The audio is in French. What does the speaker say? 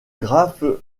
graphe